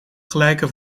gelijke